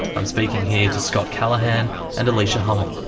i'm speaking here to scott callahan and alicia hummell.